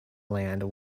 land